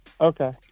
Okay